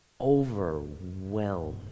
overwhelmed